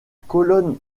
colonne